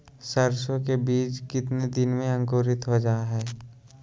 सरसो के बीज कितने दिन में अंकुरीत हो जा हाय?